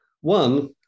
One